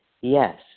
Yes